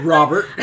Robert